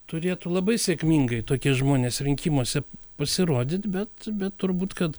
turėtų labai sėkmingai tokie žmonės rinkimuose pasirodyt bet bet turbūt kad